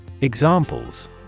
Examples